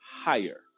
higher